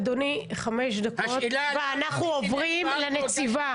אדוני, חמש דקות, ואנחנו עוברים לנציבה.